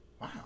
wow